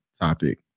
topic